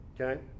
okay